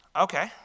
Okay